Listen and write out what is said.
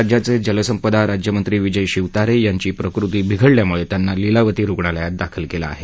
राज्याचे जलसंपदा राज्यमंत्री विजय शिवतारे यांची प्रकृती बिघडल्यामुळे त्यांना लीलावती रुग्णालयात दाखल केलं आहे